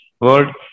world